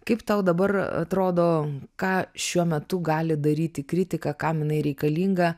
kaip tau dabar atrodo ką šiuo metu gali daryti kritika kam jinai reikalinga